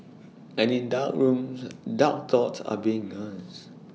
and in dark rooms dark thoughts are being nursed